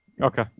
Okay